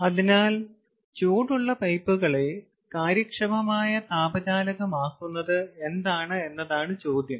അതിനാൽ ചൂട് പൈപ്പുകളെ കാര്യക്ഷമമായ താപചാലകമാക്കുന്നത് എന്താണ് എന്നതാണ് ചോദ്യം